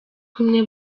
kumwe